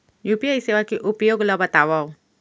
UPI सेवा के उपयोग ल बतावव?